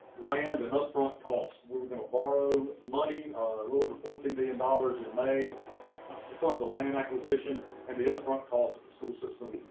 land is not front calls, we're going to borrow money a little over fourteen billion and dollars at night to fund the land acquisition and the upfront cost school system.